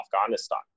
Afghanistan